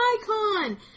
icon